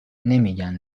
نمیگن